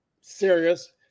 serious